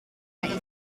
ice